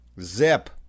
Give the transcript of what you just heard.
Zip